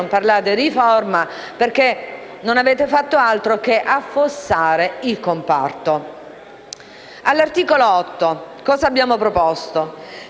ripresa e di riforma, perché non avete fatto altro che affossare il comparto. All'articolo 8, abbiamo proposto